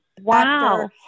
Wow